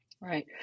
Right